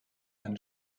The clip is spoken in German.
einen